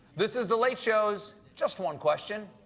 this is the late show's just one question.